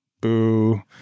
Boo